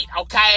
okay